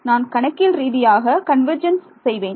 நான் கணக்கியல் ரீதியாக கன்வர்ஜென்ஸ் செய்வேன்